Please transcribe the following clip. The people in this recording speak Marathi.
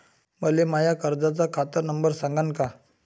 मले माया कर्जाचा खात नंबर सांगान का?